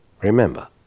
remember